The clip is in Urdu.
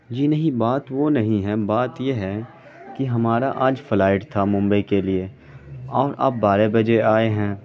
جی نہیں بات وہ نہیں ہے بات یہ ہے کہ ہمارا آج فلائٹ تھا ممبئی کے لیے اور آپ بارہ بجے آئے ہیں